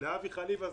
לאבי חליפה,